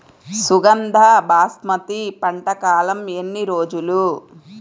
సుగంధ బాస్మతి పంట కాలం ఎన్ని రోజులు?